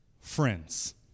Friends